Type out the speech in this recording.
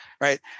right